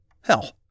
Hell